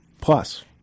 plus